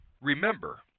remember